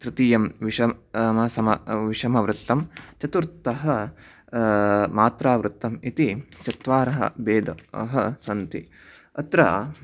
तृतीयं विषं समः समः विषमवृत्तं चतुर्थं मात्रावृत्तम् इति चत्वारः भेदाः सन्ति अत्र